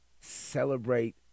celebrate